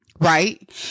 right